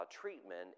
treatment